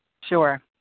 Sure